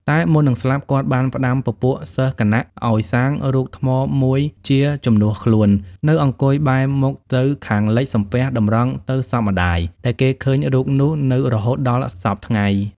តែមុននឹងស្លាប់គាត់បានផ្ដាំពពួកសិស្សគណឲ្យសាងរូបថ្មមួយជាជំនួសខ្លួន នៅអង្គុយបែរមុខទៅខាងលិចសំពះតម្រង់ទៅសពម្ដាយ ដែលគេឃើញរូបនោះនៅរហូតដល់សព្វថ្ងៃ ។